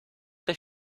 does